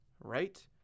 Right